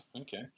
Okay